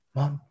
Mom